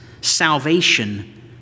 salvation